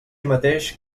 mateix